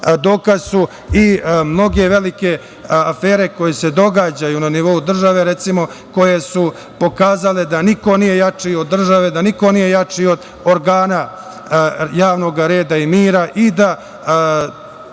dokaz su i mnoge velike afere koje se događaju na nivou države, recimo, koje su pokazale da niko nije jači od države, da niko nije jači od organa javnoga reda i mira i da